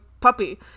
puppy